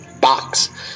box